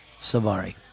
Savari